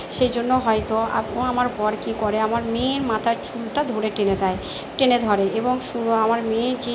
সেজন্য হয়তো আপ ও আমার বর কী করে আমার মেয়ের মাথার চুলটা ধরে টেনে দেয় টেনে ধরে এবং সু আমার মেয়ে চি